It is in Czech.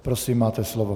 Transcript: Prosím, máte slovo.